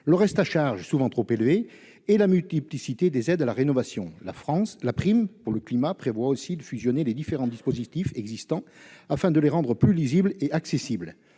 le reste à charge, qui est souvent trop élevé. Troisième frein, la multiplicité des aides à la rénovation. C'est pourquoi la prime pour le climat prévoit aussi de fusionner les différents dispositifs existants afin de les rendre plus lisibles et accessibles.